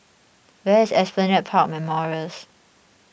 where is Esplanade Park Memorials